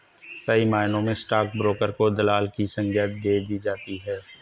सही मायनों में स्टाक ब्रोकर को दलाल की संग्या दे दी जाती है